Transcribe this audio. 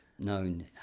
known